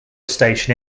station